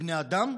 כבני אדם,